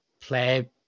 play